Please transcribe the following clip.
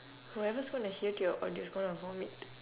whoever is gonna hear to your audio is gonna vomit